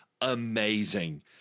amazing